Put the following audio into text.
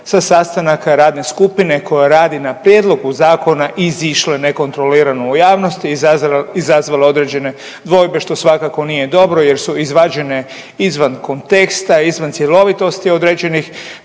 sa sastanaka radne skupine koja radi na prijedlogu zakona izišle nekontrolirano u javnost izazvale određene dvojbe što svakako nije dobro, jer su izvađene izvan konteksta, izvan cjelovitosti određenih